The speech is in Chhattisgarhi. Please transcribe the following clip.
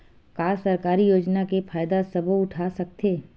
का सरकारी योजना के फ़ायदा सबो उठा सकथे?